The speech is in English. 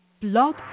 Blog